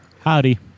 Howdy